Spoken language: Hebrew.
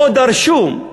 ובו דרשו,